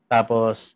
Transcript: Tapos